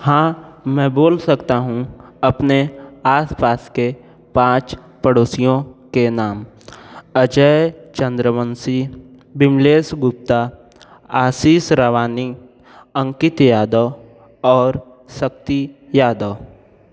हाँ मैं बोल सकता हूँ अपने आसपास के पाँच पड़ोसियों के नाम अजय चंद्रवंसी विमलेस गुप्ता आसीष रवानी अंकित यादव और सक्ति यादव